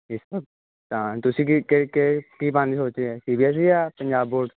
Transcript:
ਇਸ ਵਾਰ ਤਾਂ ਤੁਸੀਂ ਕੀ ਕੇ ਕੇ ਕੀ ਪਾਉਣ ਦੀ ਸੋਚ ਰਹੇ ਸੀ ਬੀ ਐਸ ਈ ਜਾਂ ਪੰਜਾਬ ਬੋਰਡ 'ਚ